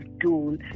tool